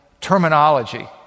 terminology